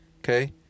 Okay